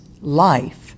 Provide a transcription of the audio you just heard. life